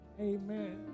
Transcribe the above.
Amen